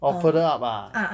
orh further up ah